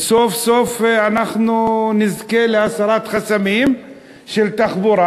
וסוף-סוף אנחנו נזכה להסרת חסמים של תחבורה,